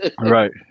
right